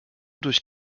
durch